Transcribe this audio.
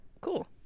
Cool